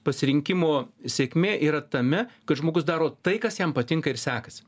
pasirinkimo sėkmė yra tame kad žmogus daro tai kas jam patinka ir sekasi